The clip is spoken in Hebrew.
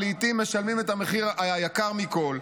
ולעתים משלמים את המחיר היקר מכול,